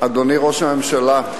אדוני ראש הממשלה,